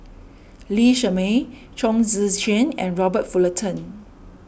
Lee Shermay Chong Tze Chien and Robert Fullerton